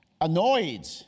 annoyed